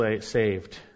saved